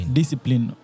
discipline